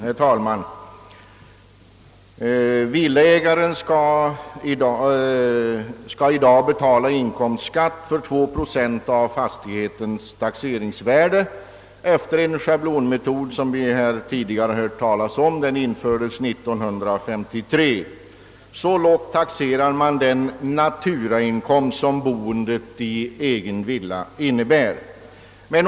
' Herr talman! Villaägaren skall i dag betala inkomstskatt för 2 procent av fastighetens taxeringsvärde efter en scHablonmetod som vi tidigare Har talat om och som infördes 1953. Så lågt taxérar man den naturainkomst som det innebär att bo i egen villa.